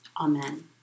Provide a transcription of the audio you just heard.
Amen